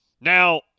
Now